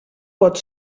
pot